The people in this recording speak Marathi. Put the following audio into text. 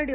डी